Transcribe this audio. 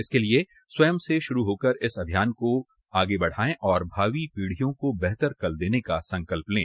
इसके लिए स्वयं से शुरू होकर इस अभियान को आगे बढाएं और भावी पीढियों को बेहतर कल देने का संकल्प लें